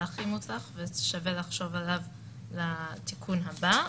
הכי מוצלח ושווה לחשוב עליו לתיקון הבא,